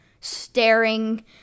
staring